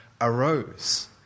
arose